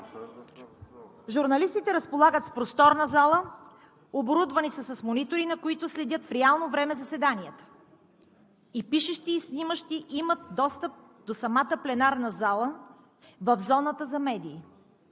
Журналистите разполагат с просторна зала, оборудвани са с монитори, на които следят в реално време заседанията – и пишещи, и снимащи имат достъп до самата пленарна зала в зоната за медии.